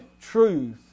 truth